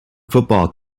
football